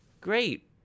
great